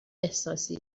احساسی